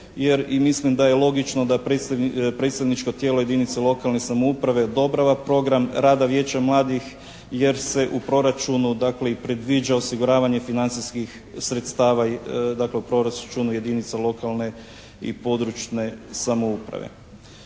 jer i mislim da je logično da predstavničko tijelo jedinica lokalne samouprave odobrava program rada Vijeća mladih jer se u proračunu, dakle, i predviđa osiguravanje financijskih sredstava, dakle, u proračunu jedinica lokalne i područne samouprave.